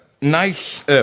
nice